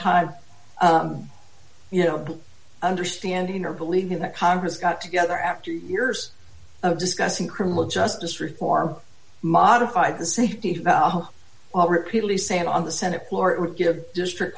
time you know understanding or believing that congress got together after years of discussing criminal justice reform modify the safety now well repeatedly say on the senate floor give district